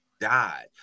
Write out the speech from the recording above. died